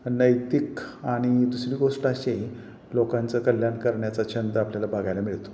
नैतिक आणि दुसरी गोष्ट अशी आहे लोकांचं कल्याण करण्याचा छंद आपल्याला बघायला मिळतो